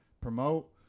promote